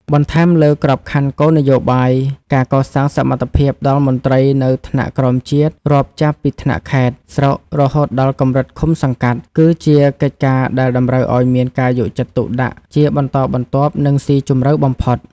បន្ថែមលើក្របខ័ណ្ឌគោលនយោបាយ ការកសាងសមត្ថភាពដល់មន្ត្រីនៅថ្នាក់ក្រោមជាតិ រាប់ចាប់ពីថ្នាក់ខេត្ត ស្រុក រហូតដល់កម្រិតឃុំ-សង្កាត់ គឺជាកិច្ចការដែលតម្រូវឱ្យមានការយកចិត្តទុកដាក់ជាបន្តបន្ទាប់ និងស៊ីជម្រៅបំផុត។